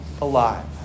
alive